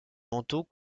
manteau